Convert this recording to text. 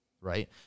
Right